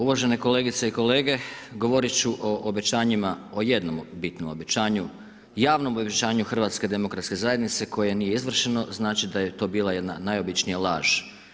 Uvažene kolegice i kolege, govorit ću o obećanjima, o jednom bitnom obećanju, javnom obećanju HDZ-a koje nije izvršeno, znači da je to bila jedna najobičnija laž.